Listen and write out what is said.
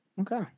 Okay